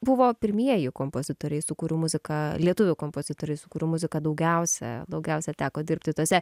buvo pirmieji kompozitoriai su kurių muzika lietuvių kompozitoriai su kurių muzika daugiausia daugiausia teko dirbti tuose